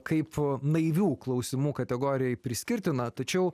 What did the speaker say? kaip naivių klausimų kategorijai priskirtiną tačiau